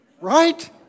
right